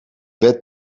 wet